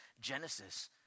Genesis